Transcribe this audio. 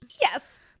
yes